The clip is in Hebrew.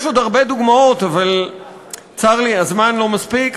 יש עוד הרבה דוגמאות, אבל צר לי, הזמן לא מספיק.